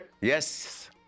Yes